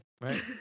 right